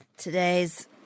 Today's